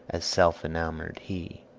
as self-enamoured he.